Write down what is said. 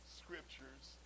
scriptures